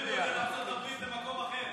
לעשות במקום אחר.